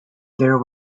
there